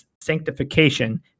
sanctification